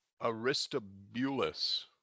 Aristobulus